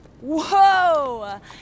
Whoa